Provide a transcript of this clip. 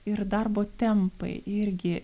ir darbo tempai irgi